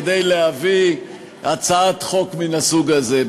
כדי להביא הצעת חוק מן הסוג הזה.